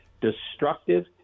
destructive